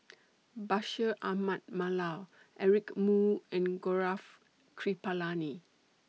Bashir Ahmad Mallal Eric Moo and Gaurav Kripalani